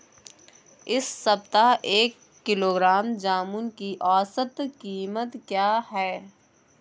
इस सप्ताह एक किलोग्राम जामुन की औसत कीमत क्या है?